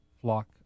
flock